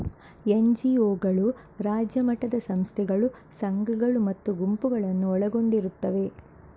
ಎನ್.ಜಿ.ಒಗಳು ರಾಜ್ಯ ಮಟ್ಟದ ಸಂಸ್ಥೆಗಳು, ಸಂಘಗಳು ಮತ್ತು ಗುಂಪುಗಳನ್ನು ಒಳಗೊಂಡಿರುತ್ತವೆ